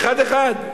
אחד-אחד.